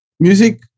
Music